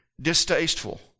distasteful